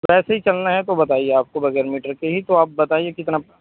تو ایسے ہی چلنا ہے تو بتائیے آپ آپ کو بغیر میٹر کے ہی تو آپ بتائیے کتنا